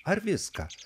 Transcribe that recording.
ar viską